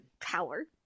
power